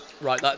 Right